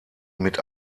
mit